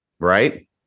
right